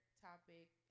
topic